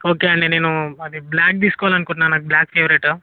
okay అండి నేను అది బ్లాక్ తీసుకోవాలి అనుకుంటున్నాను నాకు బ్లాక్ ఫేవరెట్